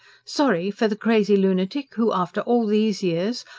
sorry for the crazy lunatic who, after all these years,